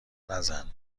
نزن